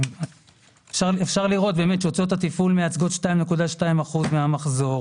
אפשר לראות שהוצאות התפעול מייצגות 2.2% מן המחזור.